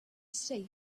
safe